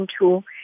tool